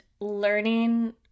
learning